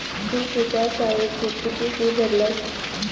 तु तुझ्या शाळेची किती फी भरलस?